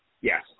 yes